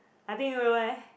I think will leh